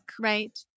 right